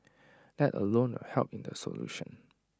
that alone will help in the solution